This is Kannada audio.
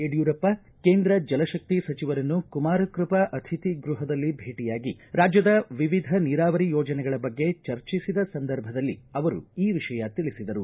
ಯಡಿಯೂರಪ್ಪ ಕೇಂದ್ರ ಜಲಶಕ್ತಿ ಸಚಿವರನ್ನು ಕುಮಾರಕ್ಕಪಾ ಅತಿಥಿ ಗೃಹದಲ್ಲಿ ಭೇಟಿಯಾಗಿ ರಾಜ್ಯದ ವಿವಿಧ ನೀರಾವರಿ ಯೋಜನೆಗಳ ಬಗ್ಗೆ ಚರ್ಚಿಸಿದ ಸಂದರ್ಭದಲ್ಲಿ ಅವರು ಈ ವಿಷಯ ತಿಳಿಸಿದರು